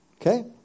Okay